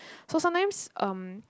so sometimes um